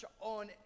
on